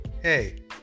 Hey